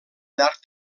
llarg